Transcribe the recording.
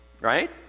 Right